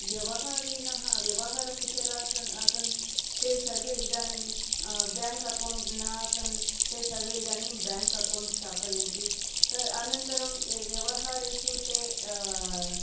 व्यवहारिणः व्यवहारकुशलासन् आनस् ते सर्वे इदानीं ब्याङ्क् अकौण्ट् नासन् ते सर्वे इदानीं ब्याङ्क् अकौण्ट् स्थापयन्ति त अनन्तरं व्यवहारेषु ते